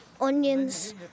onions